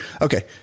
Okay